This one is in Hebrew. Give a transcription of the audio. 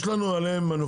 יש לנו עליהם מנופי לחץ.